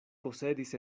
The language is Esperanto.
posedis